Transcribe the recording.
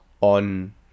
on